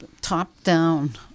top-down